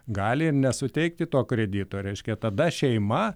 gali ir nesuteikti to kredito reiškia tada šeima